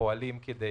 פועלים כדי